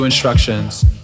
instructions